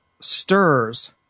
stirs